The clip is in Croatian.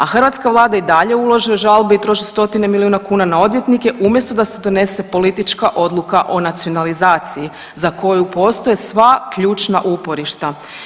A hrvatska vlada i dalje ulaže žalbe i troši stotine miliona kuna na odvjetnike umjesto da se donese politička odluka o nacionalizaciji za koju postoje sva ključna uporišta.